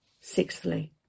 Sixthly